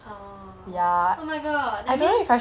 oh oh my god that means